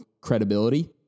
credibility